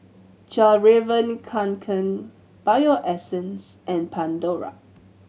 Fjallraven Kanken Bio Essence and Pandora